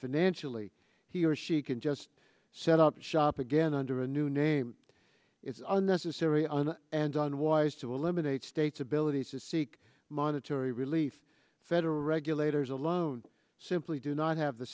financially he or she can just set up shop again under a new name is unnecessary and and done was to eliminate state's ability to seek monetary relief federal regulators alone simply do not have the